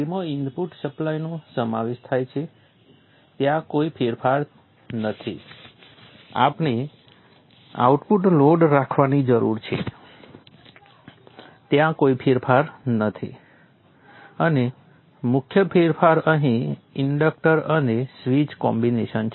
તેમાં ઇનપુટ સપ્લાયનો સમાવેશ થાય છે ત્યાં કોઈ ફેરફાર નથી આપણે આઉટપુટ લોડ રાખવાની જરૂર છે ત્યાં કોઈ ફેરફાર નથી અને મુખ્ય ફેરફાર અહીં ઇન્ડક્ટર અને સ્વીચ કોમ્બિનેશન છે